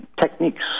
techniques